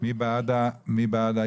מי בעד ההסתייגות?